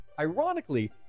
ironically